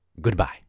goodbye